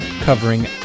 covering